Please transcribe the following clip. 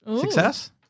Success